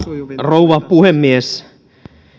rouva puhemies